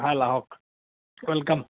ভাল আহক ৱেলকাম